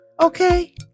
Okay